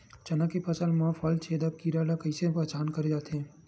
चना के फसल म फल छेदक कीरा ल कइसे पहचान करे जाथे?